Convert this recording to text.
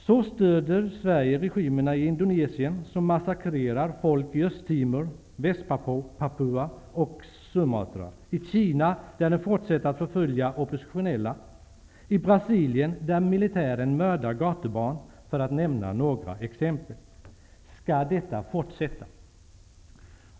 Så stöder Sverige regimerna i Indonesien, vilka massakrerar folk i Östimor, Västpapua och Sumatra, i Kina där regimen fortsätter att förfölja oppositionella, i Brasilen där militären mördar gatubarn -- för att nämna några exempel. Skall detta få fortsätta?